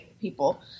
people